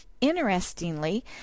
Interestingly